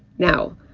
now,